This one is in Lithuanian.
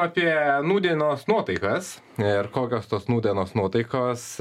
apie nūdienos nuotaikas ir kokios tos nūdienos nuotaikos